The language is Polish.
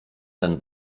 ten